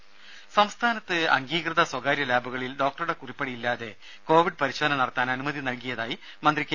രേര സംസ്ഥാനത്ത് അംഗീകൃത സ്വകാര്യ ലാബുകളിൽ ഡോക്ടറുടെ കുറിപ്പടിയില്ലാതെ കോവിഡ് പരിശോധന നടത്താൻ അനുമതി നൽകിയതായി മന്ത്രി കെ